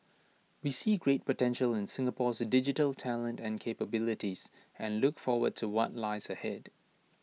we see great potential in Singapore's digital talent and capabilities and look forward to what lies ahead